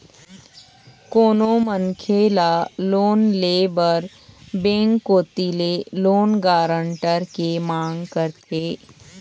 कोनो मनखे ल लोन ले बर बेंक कोती ले लोन गारंटर के मांग करथे